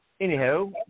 anyhow